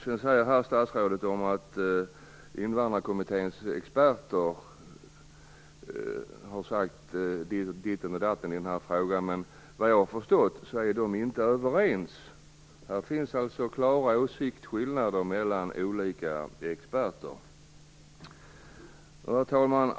Statsrådet säger att Invandrarpolitiska kommitténs experter har sagt ditt och datt i den här frågan. Men enligt vad jag har förstått är de inte överens. Här finns alltså klara åsiktsskillnader mellan olika experter. Fru talman!